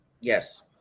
yes